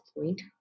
point